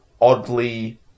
oddly